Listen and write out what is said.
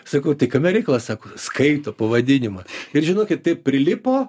sakau tai kame reikalas sako skaito pavadinimą ir žinokit taip prilipo